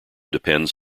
depends